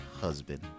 husband